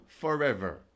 forever